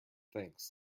thanks